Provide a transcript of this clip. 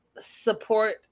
support